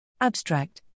Abstract